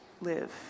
live